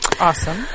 awesome